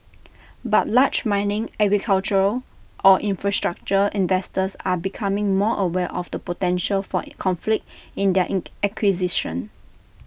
but large mining agricultural or infrastructure investors are becoming more aware of the potential for conflict in their in acquisitions